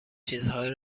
چیزهایی